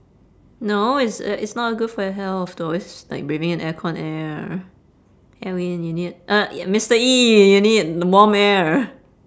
no it's uh it's not good for your health though it's like breathing in air con air edwin you need uh mister E you need warm air